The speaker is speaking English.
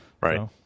Right